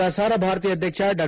ಪ್ರಸಾರ ಭಾರತಿ ಅಧ್ಯಕ್ಷ ಡಾ